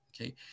Okay